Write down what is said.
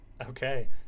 Okay